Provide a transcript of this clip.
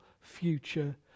future